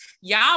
y'all